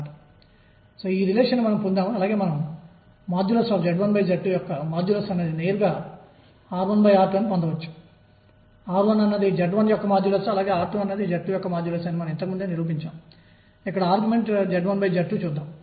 2నుండి2వరకు వ్రాయగల సమాకలని ఇది నేను m2Em2cos2 dను కలిగి ఉన్నాను